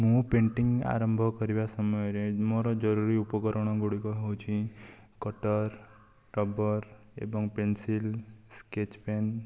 ମୁଁ ପେଣ୍ଟିଙ୍ଗ ଆରମ୍ଭ କରିବା ସମୟରେ ମୋର ଜରୁରୀ ଉପକରଣ ଗୁଡ଼ିକ ହେଉଛି କଟର ରବର ଏବଂ ପେନ୍ସିଲ ସ୍କେଚ ପେନ୍